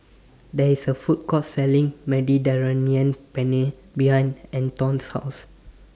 There IS A Food Court Selling Mediterranean Penne behind Anton's House